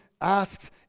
asks